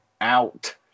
out